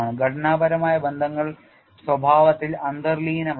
ഘടനാപരമായ ബന്ധങ്ങൾ സ്വഭാവത്തിൽ അന്തർലീനമല്ല